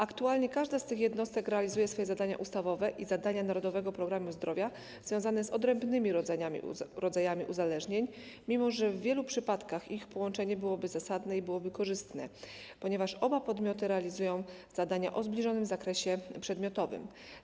Aktualnie każda z tych jednostek realizuje swoje zadania ustawowe i zadania „Narodowego programu zdrowia” związane z odrębnymi rodzajami uzależnień, mimo że w wielu przypadkach ich połączenie byłoby zasadne i korzystne, ponieważ oba podmioty realizują zadania o zbliżonym zakresie przedmiotowym.